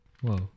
Whoa